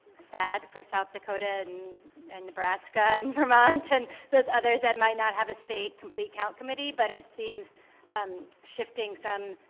sad for south dakota and and nebraska, and vermont, and those others that might not have a state complete count committee, but it seems um shifting some,